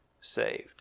saved